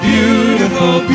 Beautiful